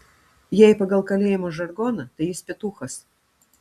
jei pagal kalėjimo žargoną tai jis petūchas